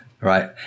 right